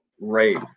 rape